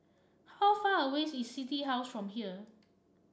how far away is City House from here